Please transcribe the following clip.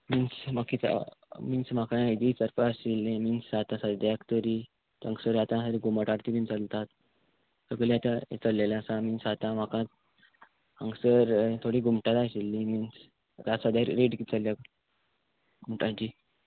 means म्हाका means म्हाका हेजी विचारपा आशिल्ली मिन्स जाता सद्द्याक तोरी हांगसर आतां घुमट आरती बीन चलतात सगळे आतां चल्लेले आसा मिन्स जाता म्हाका हांगसर थोडी घुमटा जाय आशिल्ली मिन्स सद्या रेट कित चल्ल्या घुमटाची